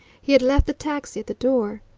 he had left the taxi at the door.